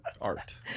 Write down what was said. art